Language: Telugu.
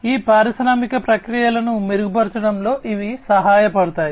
కాబట్టి ఈ పారిశ్రామిక ప్రక్రియలను మెరుగుపరచడంలో ఇవి సహాయపడతాయి